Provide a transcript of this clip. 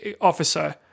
officer